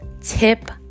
Tip